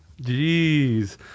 Jeez